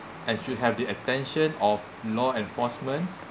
and should have the attention of law enforcement